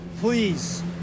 please